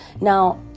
Now